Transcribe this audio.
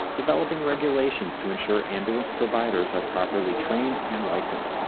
developing regulations to ensure ambulance providers are properly trained and licensed.